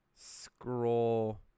scroll